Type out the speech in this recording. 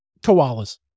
koalas